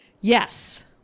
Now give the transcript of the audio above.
Yes